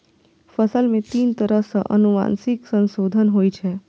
फसल मे तीन तरह सं आनुवंशिक संशोधन होइ छै